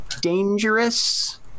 dangerous